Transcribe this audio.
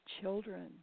children